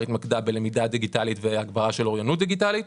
התמקדה בלמידה דיגיטלית והגברה של אוריינות דיגיטלית.